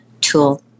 tool